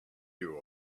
you